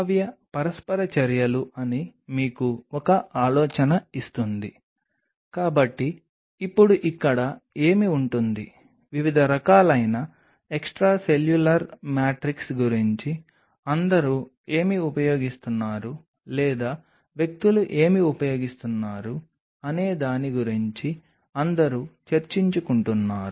మీరు పై నుండి పాలీ డి లైసిన్ని చూస్తే మీరు కార్బన్ను కలిగి ఉన్నారని మీరు చూడవచ్చు మీకు నైట్రోజన్ ఉంటుంది మీకు హైడ్రోజన్ ఉంటుంది ఇవి ఎక్కువగా ఉంటాయి మరియు వాస్తవానికి మీకు ఆక్సిజన్ సరిగ్గా ఉంటుంది